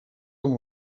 amb